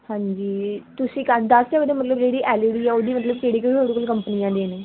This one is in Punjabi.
ਹਾਂਜੀ ਤੁਸੀਂ ਦੱਸ ਸਕਦੇ ਹੋ ਮਤਲਬ ਜਿਹੜੀ ਐੱਲ ਈ ਡੀ ਆ ਉਹਦੀ ਮਤਲਬ ਕਿਹੜੀ ਤੁਹਾਡੇ ਕੋਲ ਕੰਪਨੀਆਂ ਦੀਆਂ ਨੇ